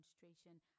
demonstration